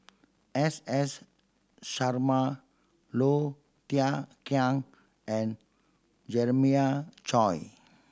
S S Sarma Low Thia Khiang and Jeremiah Choy